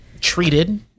treated